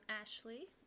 Ashley